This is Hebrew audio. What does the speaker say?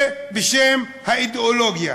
ובשם האידיאולוגיה.